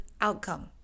outcome